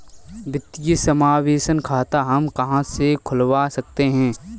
वित्तीय समावेशन खाता हम कहां से खुलवा सकते हैं?